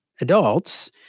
adults